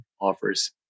offers